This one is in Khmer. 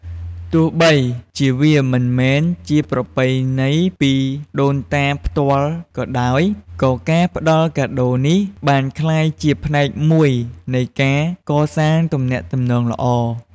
ទោះបីជាវាមិនមែនជាប្រពៃណីពីដូនតាផ្ទាល់ក៏ដោយ ក៏ការផ្តល់កាដូរនេះបានក្លាយជាផ្នែកមួយនៃការកសាងទំនាក់ទំនងល្អ។